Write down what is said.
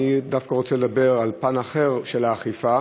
אני דווקא רוצה לדבר על פן אחר של האכיפה.